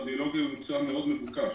רדיולוגיה היא מקצוע מאוד מבוקש.